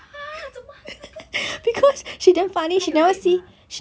ha 怎么她拿到 D 她有 late mah